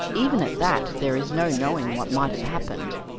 even at that, there is no knowing what might have happened.